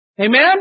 Amen